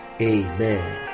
amen